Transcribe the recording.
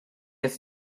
its